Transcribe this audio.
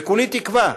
וכולי תקווה